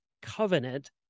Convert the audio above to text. Covenant